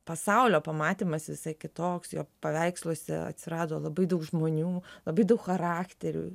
pasaulio pamatymas visai kitoks jo paveiksluose atsirado labai daug žmonių labai daug charakterių